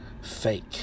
fake